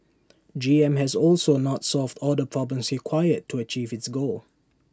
G M has also not solved all the problems required to achieve its goal